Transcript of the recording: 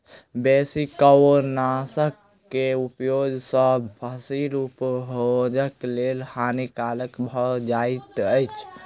बेसी कवकनाशक के उपयोग सॅ फसील उपभोगक लेल हानिकारक भ जाइत अछि